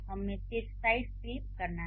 हमें सिर्फ side flip करना है